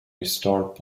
restored